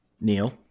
Neil